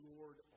Lord